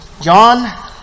John